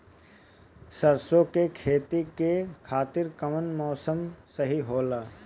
सरसो के खेती के खातिर कवन मौसम सही होला?